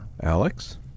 Alex